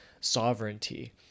sovereignty